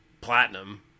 platinum